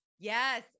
Yes